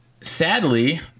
sadly